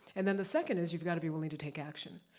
and then the second is, you've gotta be willing to take action.